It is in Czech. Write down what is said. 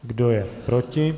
Kdo je proti?